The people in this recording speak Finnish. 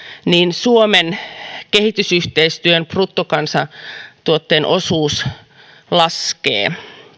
suomen kehitysyhteistyön bruttokansantuotteen osuus laskee